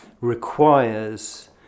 requires